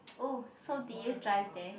oh so did you drive there